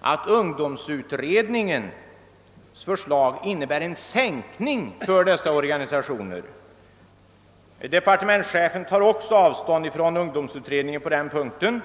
att ungdomsutredningens förslag innebär en sänkning för dessa organisationer. Departementschefen tar emellertid avstånd från ungdomsutredningen på denna punkt.